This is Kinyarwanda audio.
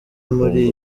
muri